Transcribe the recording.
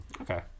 Okay